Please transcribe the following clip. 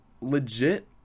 legit